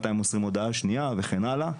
מתי מוסרים הודעה שנייה וכן הלאה.